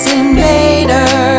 invader